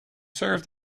serve